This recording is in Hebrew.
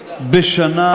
צור,